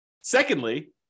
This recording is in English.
secondly